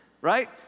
right